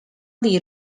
dir